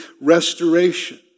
restoration